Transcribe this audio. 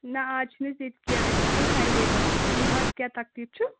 نہ اَز چھِنہٕ أسۍ ییٚتہِ کیٚنٛہہ أسۍ چھِ آسان سنٛڈے دۄہ ؤنِو حظ کیٛاہ تکلیٖف چھُ